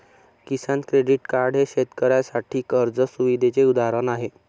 किसान credit card हे शेतकऱ्यांसाठी कर्ज सुविधेचे उदाहरण आहे